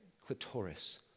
clitoris